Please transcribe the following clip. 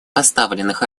поставленных